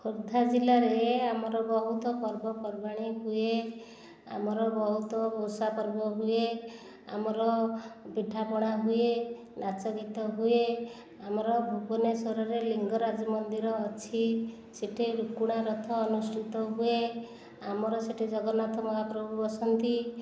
ଖୋର୍ଦ୍ଧା ଜିଲ୍ଲାରେ ଆମର ବହୁତ ପର୍ବପର୍ବାଣି ହୁଏ ଆମର ବହୁତ ଓଷା ପର୍ବ ହୁଏ ଆମର ପିଠାପଣା ହୁଏ ନାଚଗୀତ ହୁଏ ଆମର ଭୁବନେଶ୍ୱର ରେ ଲିଙ୍ଗରାଜ ମନ୍ଦିର ଅଛି ସେଇଠି ରୁକୁଣା ରଥ ଅନୁଷ୍ଠିତ ହୁଏ ଆମର ସେଇଠି ଜଗନ୍ନାଥ ମହାପ୍ରଭୁ ବସନ୍ତି